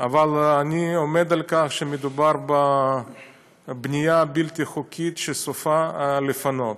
אבל אני עומד על כך שמדובר בבנייה בלתי חוקית שסופה להתפנות.